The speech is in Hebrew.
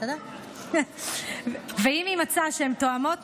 אם יימצא שהן תואמות,